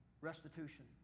Restitution